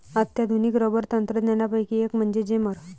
अत्याधुनिक रबर तंत्रज्ञानापैकी एक म्हणजे जेमर